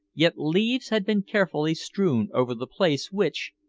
yet leaves had been carefully strewn over the place which,